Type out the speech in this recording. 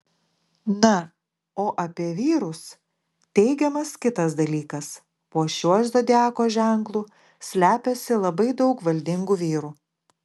na o apie vyrus teigiamas kitas dalykas po šiuo zodiako ženklu slepiasi labai daug valdingų vyrų